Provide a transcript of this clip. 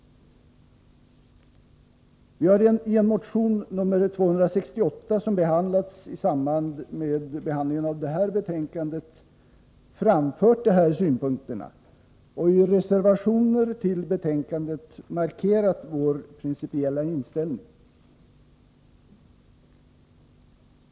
Vi har i motion nr 268, som behandlats i detta betänkande, framfört de här synpunkterna och i reservationer till betänkandet markerat vår principiella inställning.